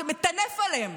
שמטנף עליהם,